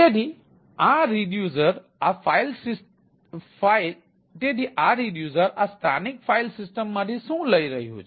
તેથી આ રિડ્યુસર આ સ્થાનિક ફાઇલ સિસ્ટમમાંથી શું લઈ રહ્યું છે